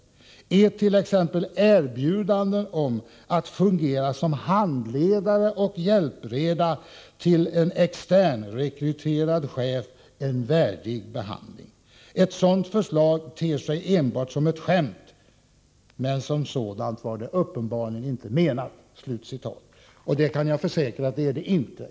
Är tex erbjudanden om att fungera som handledare och hjälpreda till en externrekryterad chef en värdig behandling? Ett sådant förslag ter sig enbart som ett skämt, men som sådant var det uppenbarligen inte menat.” Jag kan själv försäkra att det inte är menat som något skämt.